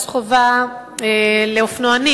מס חובה לאופנוענים,